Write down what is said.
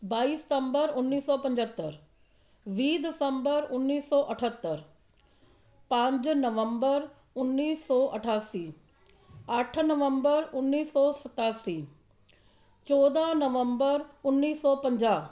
ਬਾਈ ਸਤੰਬਰ ਉੱਨੀ ਸੌ ਪੰਝੱਤਰ ਵੀਹ ਦਸੰਬਰ ਉੱਨੀ ਸੌ ਅਠੱਤਰ ਪੰਜ ਨਵੰਬਰ ਉੱਨੀ ਸੌ ਅਠਾਸੀ ਅੱਠ ਨਵੰਬਰ ਉੱਨੀ ਸੌ ਸਤਾਸੀ ਚੌਦ੍ਹਾਂ ਨਵੰਬਰ ਉੱਨੀ ਸੌ ਪੰਜਾਹ